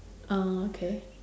ah okay